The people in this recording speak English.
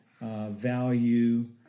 Value